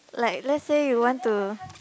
like let's say you want to